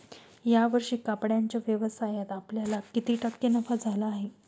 या वर्षी कपड्याच्या व्यवसायात आपल्याला किती टक्के नफा झाला आहे?